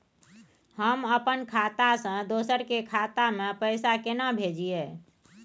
हम अपन खाता से दोसर के खाता में पैसा केना भेजिए?